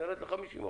נרד ל-50%.